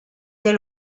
del